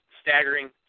staggering